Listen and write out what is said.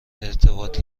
ارتباط